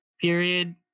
period